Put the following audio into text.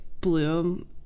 bloom